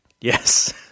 Yes